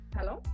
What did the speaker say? Hello